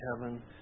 heaven